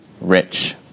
rich